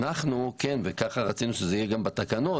אנחנו וכך רציני שיהיה גם בתקנות